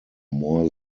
more